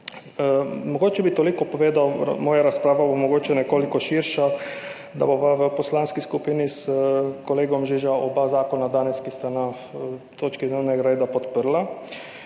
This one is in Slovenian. Mogoče bi toliko povedal, moja razprava bo mogoče nekoliko širša, da bova v poslanski skupini s kolegom Žižo oba zakona, ki sta na točki dnevnega reda,